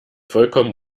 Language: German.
vollkommen